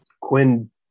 Quinn